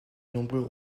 nombreux